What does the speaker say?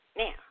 Now